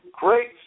great